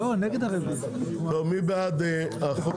טוב, מי בעד החוק?